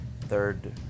third